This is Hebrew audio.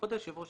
כבוד היושב ראש,